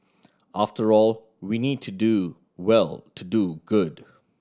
after all we need to do well to do good